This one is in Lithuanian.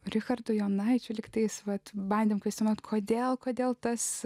richardu jonaičiu lygtais vat bandėme prisiminti kodėl kodėl tas